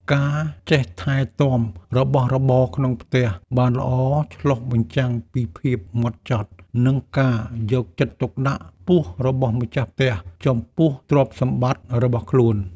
ការចេះថែទាំរបស់របរក្នុងផ្ទះបានល្អ ឆ្លុះបញ្ចាំងពីភាពហ្មត់ចត់ និងការយកចិត្តទុកដាក់ខ្ពស់របស់ម្ចាស់ផ្ទះចំពោះទ្រព្យសម្បត្តិរបស់ខ្លួន។